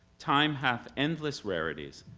time hath endless rarities,